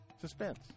suspense